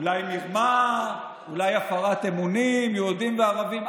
אולי מרמה, אולי הפרת אמונים, יהודים וערבים.